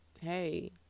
hey